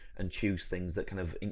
and choose things that kind of,